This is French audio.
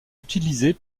utilisée